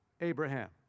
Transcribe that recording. Abraham